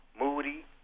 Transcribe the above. Moody